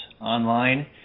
online